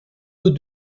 eux